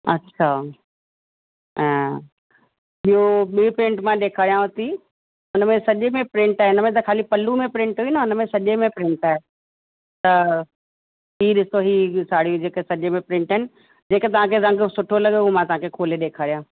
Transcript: अच्छा ऐं ॿियूं ॿिए प्रिंट मां ॾेखारियांव थी हुन में सॼे में प्रिंट आहे हिन में त खाली पल्लू में प्रिंट हुई न हुन में सॼे में प्रिंट आहे त हीअ ॾिसो हीअ हीअ बि साड़ियूं जेके सॼे में प्रिंट आहिनि जेके तव्हांखे रंग सुठो लॻे उहो मां तव्हांखे खोले ॾेखारियां